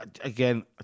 Again